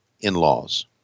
in-laws